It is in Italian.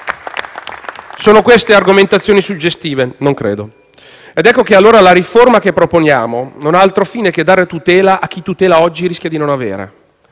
Sono queste argomentazioni suggestive? Non credo. Ed ecco allora che la riforma che proponiamo non ha altro fine che dare tutela a chi tutela oggi rischia di non avere.